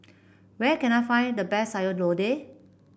where can I find the best Sayur Lodeh